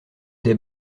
des